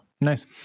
nice